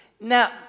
Now